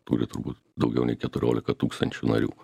turi turbūt daugiau nei keturiolika tūkstančių narių